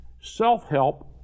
self-help